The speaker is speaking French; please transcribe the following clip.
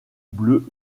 bleu